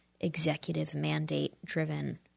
executive-mandate-driven